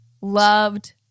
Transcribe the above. loved